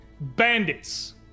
bandits